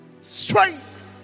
strength